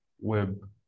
web